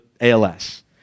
ALS